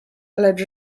lecz